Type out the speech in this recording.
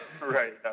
right